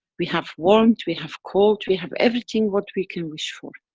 we have warmth, we have cold, we have everything what we can wish for.